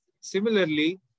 Similarly